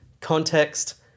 context